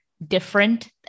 different